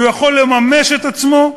שהוא יכול לממש את עצמו,